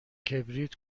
کبریت